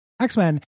X-Men